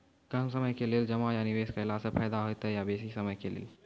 कम समय के लेल जमा या निवेश केलासॅ फायदा हेते या बेसी समय के लेल?